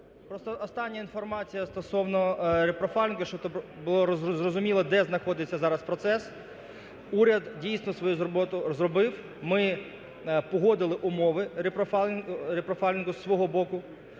остання інформація стосовно репрофайлінгу, щоб було зрозуміло, де знаходиться зараз процес. Уряд, дійсно, свою роботу зробив, ми погодили умови репрофайлінгу зі свого боку.